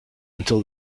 until